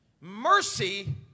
Mercy